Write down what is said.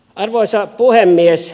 arvoisa puhemies